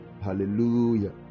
Hallelujah